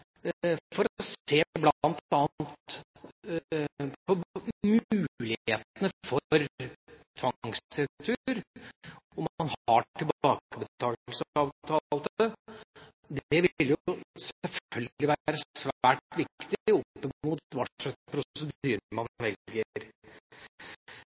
for bl.a. å se på mulighetene for tvangsretur, om man har tilbaketakelsesavtale. Det vil jo selvfølgelig være svært viktig